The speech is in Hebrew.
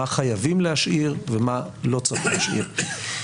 מה חייבים להשאיר ומה לא צריך להשאיר.